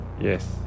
Yes